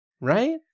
right